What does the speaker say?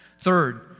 Third